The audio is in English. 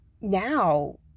now